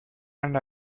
and